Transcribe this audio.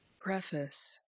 Preface